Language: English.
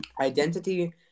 identity